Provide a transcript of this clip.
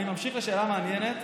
אני ממשיך לשאלה מעניינת: